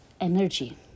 energy